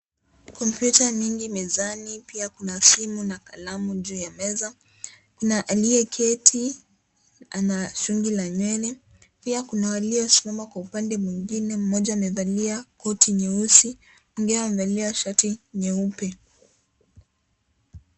Kompyta mingi mezani pia kuna simu na kalamu juu ya meza, kuna aliye keti ana shugi la nywele pia kuna waliosimama kwa upande mwingine mmoja amevalia koti nyeusi mwingine amevalia shati nyeupe.